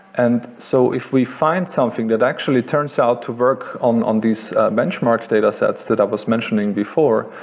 and so if we find something that actually turns out to work on on these benchmark data sets that i was mentioning before,